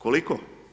Koliko?